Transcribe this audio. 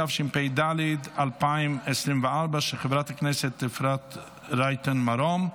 התשפ"ד 2024, של חברת הכנסת אפרת רייטן מרום.